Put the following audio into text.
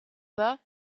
bas